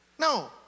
No